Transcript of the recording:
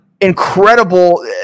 incredible